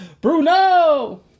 Bruno